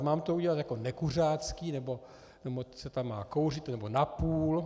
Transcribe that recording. Mám to udělat jako nekuřácký, nebo se tam má kouřit, nebo napůl?